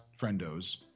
friendos